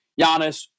Giannis